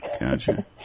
Gotcha